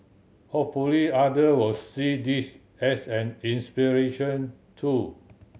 hopefully other will see this as an inspiration too